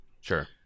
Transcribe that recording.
sure